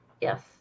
Yes